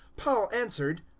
paul answered,